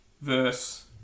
verse